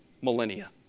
millennia